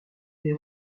des